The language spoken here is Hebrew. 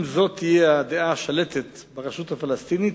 אם זו תהיה הדעה השלטת ברשות הפלסטינית,